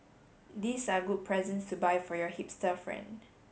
these are good presents to buy for your hipster friend